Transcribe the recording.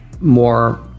more